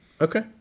Okay